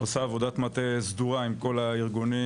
עושה עבודת מטה סדורה עם כל הארגונים,